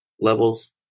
levels